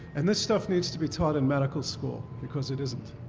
and this stuff needs to be taught in medical school, because it isn't.